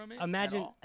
Imagine